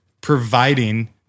providing